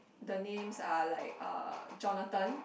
the names are like uh Jonathan